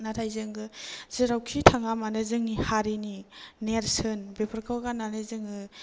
नाथाय जोङो जेरावखि थाङा मानो जोंनि हारिनि नेरसोन बेफोरखौ गाननानै जोङो